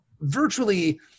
virtually